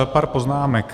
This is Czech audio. Pár poznámek.